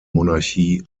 monarchie